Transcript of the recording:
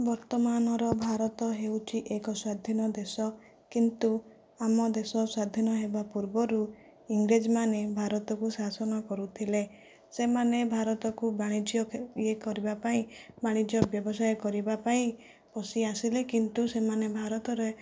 ବର୍ତ୍ତମାନର ଭାରତ ହେଉଛି ଏକ ସ୍ଵାଧୀନ ଦେଶ କିନ୍ତୁ ଆମ ଦେଶ ସ୍ଵାଧୀନ ହେବା ପୂର୍ବରୁ ଇଂରେଜମାନେ ଭାରତକୁ ଶାସନ କରୁଥିଲେ ସେମାନେ ଭାରତକୁ ବାଣିଜ୍ୟ କରିବା ପାଇଁ ବାଣିଜ୍ୟ ବ୍ୟବସାୟ କରିବା ପାଇଁ ପଶି ଆସିଲେ କିନ୍ତୁ ସେମାନେ ଭାରତରେ